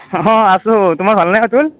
অ আছোঁ তোমাৰ ভালনে ৰাতুল